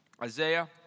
Isaiah